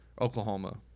Oklahoma